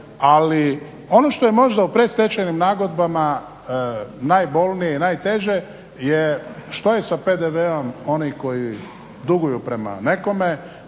Ali, ono što je možda u predstečajnim nagodbama najbolnije i najteže jest što je sa PDV-om onih koji duguju prema nekome